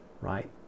right